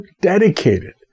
dedicated